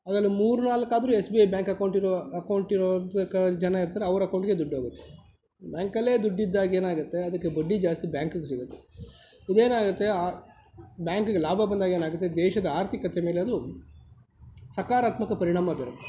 ಅದ್ರಲ್ಲಿ ಮೂರು ನಾಲ್ಕು ಆದರೂ S B I bank account ಇರುವ ಅಕೌಂಟ್ ಇರುವಂಥ ಜನ ಇರ್ತಾರೆ ಅವರ ಅಕೌಂಟ್ಗೆ ದುಡ್ಡು ಹೋಗುತ್ತೆ ಬ್ಯಾಂಕಲ್ಲೇ ದುಡ್ಡಿದ್ದಾಗ ಏನಾಗುತ್ತೆ ಅದಕ್ಕೆ ಬಡ್ಡಿ ಜಾಸ್ತಿ ಬ್ಯಾಂಕ್ಗೆ ಸಿಗುತ್ತೆ ಇದೇನಾಗುತ್ತೆ ಆ ಬ್ಯಾಂಕ್ಗೆ ಲಾಭ ಬಂದಾಗ ಏನಾಗುತ್ತೆ ದೇಶದ ಆರ್ಥಿಕತೆ ಮೇಲೆ ಅದು ಸಕಾರಾತ್ಮಕ ಪರಿಣಾಮ ದೊರಕುತ್ತೆ